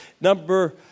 Number